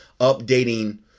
updating